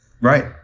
Right